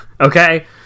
okay